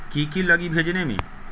की की लगी भेजने में?